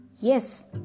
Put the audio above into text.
Yes